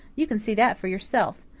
you can see that for yourself.